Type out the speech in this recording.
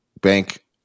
bank